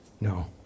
No